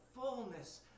fullness